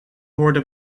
worden